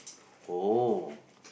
oh